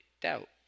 doubt